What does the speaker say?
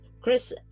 Chris